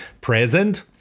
present